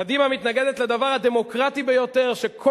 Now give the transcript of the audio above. קדימה מתנגדת לדבר הדמוקרטי ביותר שכל